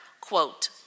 quote